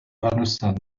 understand